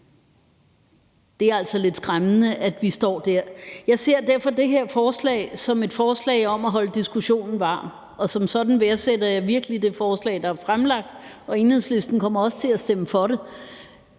Det er altså lidt skræmmende, at vi står der. Jeg ser derfor det her forslag som et forslag om at holde diskussionen varm, og som sådan værdsætter jeg virkelig det forslag, der er fremsat, og Enhedslisten kommer også til at stemme for det.